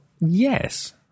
yes